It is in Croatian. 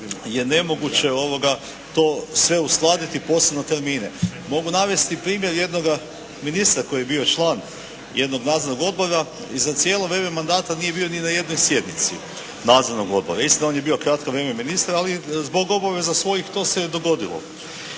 je nemoguće to sve uskladiti posebno termine. Mogu navesti primjer jednoga ministra koji je bio član jednoga nadzornoga odbora i za cijelo vrijeme mandata nije bio ni na jednoj sjednici nadzornoga odbora. Isto on je bio kratko vrijeme ministar ali zbog obaveza svojih to se je dogodilo.